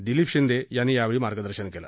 दिलीप शिंदे यांनी यावेळी मार्गदर्शन केलं